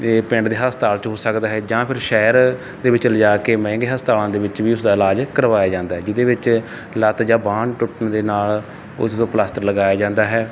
ਇਹ ਪਿੰਡ ਦੇ ਹਸਤਾਲ 'ਚ ਹੋ ਸਕਦਾ ਹੈ ਜਾਂ ਫਿਰ ਸ਼ਹਿਰ ਦੇ ਵਿੱਚ ਲਿਜਾ ਕੇ ਮਹਿੰਗੇ ਹਸਪਤਾਲਾਂ ਦੇ ਵਿੱਚ ਵੀ ਉਸਦਾ ਇਲਾਜ ਕਰਵਾਇਆ ਜਾਂਦਾ ਹੈ ਜਿਹਦੇ ਵਿੱਚ ਲੱਤ ਜਾਂ ਬਾਂਹ ਟੁੱਟਣ ਦੇ ਨਾਲ ਉਸਨੂੰ ਪਲਸਤਰ ਲਗਾਇਆ ਜਾਂਦਾ ਹੈ